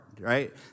right